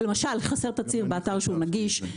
למשל, חסר תצהיר באתר נגיש.